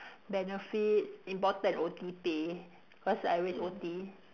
benefits important O_T pay cause I always O_T